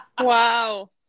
Wow